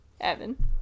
Evan